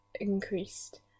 increased